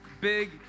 big